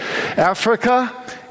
africa